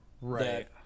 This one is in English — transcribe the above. Right